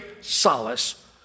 solace